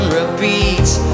repeats